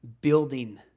building